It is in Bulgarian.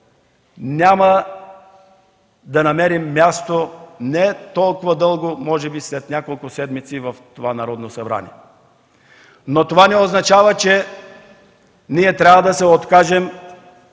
няма да намерим място, може би не толкова дълго – след няколко седмици, в това Народно събрание. Но това не означава, че трябва да се откажем